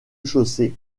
chaussée